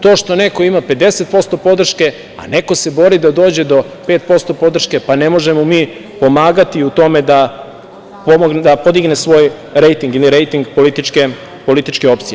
To što neko ima 50% podrške, a neko se bori da dođe do 5% podrške, pa ne možemo mi pomagati u tome da podigne svoj rejting ili rejting političke opcije.